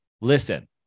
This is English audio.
listen